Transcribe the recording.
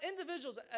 individuals